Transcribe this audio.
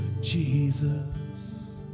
Jesus